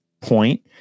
point